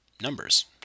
numbers